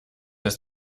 ist